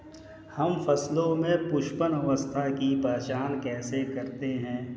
हम फसलों में पुष्पन अवस्था की पहचान कैसे करते हैं?